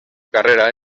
carrera